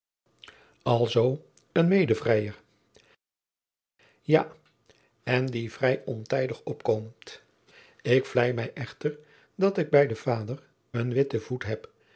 een medevrijer ja en die vrij ontijdig opkomt ik vlei mij echter dat ik bij den vader een witten voet heb